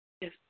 Yes